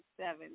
seven